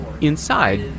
Inside